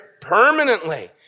permanently